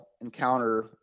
encounter